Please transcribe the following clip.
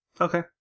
Okay